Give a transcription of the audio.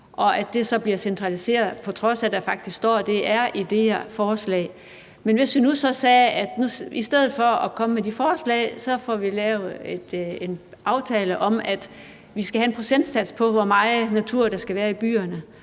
og at det så bliver centraliseret, på trods af at der faktisk står, at det er idéer og forslag. Men hvis vi nu sagde, at i stedet for at komme med de forslag får vi lavet en aftale om, at vi skal have en procentsats på, hvor meget natur der skal være i byerne,